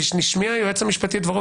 השמיע היועץ המשפטי את דבריו,